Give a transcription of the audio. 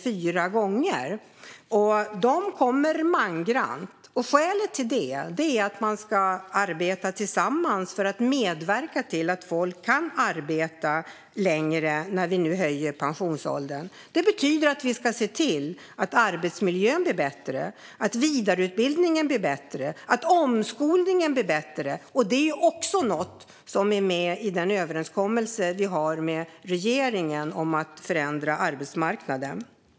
Parterna kommer mangrant, och skälet till det är att man ska arbeta tillsammans för att medverka till att folk kan arbeta längre när vi nu höjer pensionsåldern. Det betyder att vi ska se till att arbetsmiljön blir bättre, att vidareutbildningen blir bättre och att omskolningen blir bättre. Det är också något som är med i den överenskommelse vi har med regeringen om att förändra arbetsmarknaden.